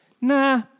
nah